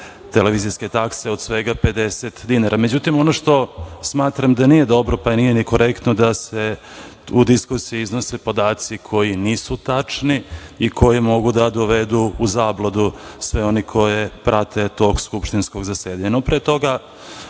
televizijske takse od svega 50 dinara. Ono što smatram da nije dobro, pa nije ni korektno da se u diskusiji iznose podaci koji nisu tačni i koji mogu da dovedu u zabludu sve one koji prate tok skupštinskog zasedanja. Pre